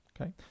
Okay